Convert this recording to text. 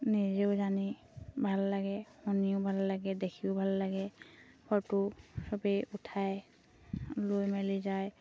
নিজেও জানি ভাল লাগে শুনিও ভাল লাগে দেখিও ভাল লাগে ফটো চবেই উঠাই লৈ মেলি যায়